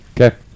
Okay